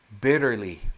bitterly